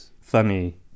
funny